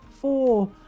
four